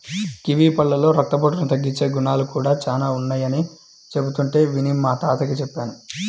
kiwi పళ్ళలో రక్తపోటును తగ్గించే గుణాలు కూడా చానా ఉన్నయ్యని చెబుతుంటే విని మా తాతకి చెప్పాను